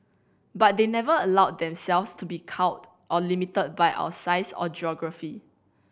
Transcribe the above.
but they never allowed themselves to be cowed or limited by our size or geography